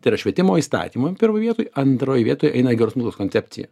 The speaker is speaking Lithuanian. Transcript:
tai yra švietimo įstatymu pirmoj vietoj antroj vietoj eina geros molos kontepcija